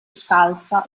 scalza